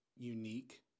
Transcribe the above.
Unique